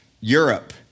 Europe